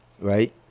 right